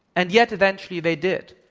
and yet, eventually, they did.